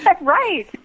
Right